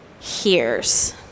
hears